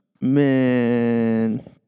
Man